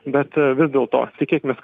bet vis dėlto tikėkimės